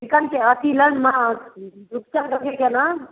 चिकनके अथी लेनऽ माँस रुपचन अथीके नाम